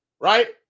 right